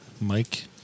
Mike